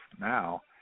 now